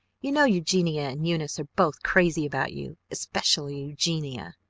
you know eugenia and eunice are both crazy about you, especially eugenia!